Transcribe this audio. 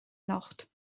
anocht